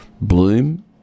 Bloom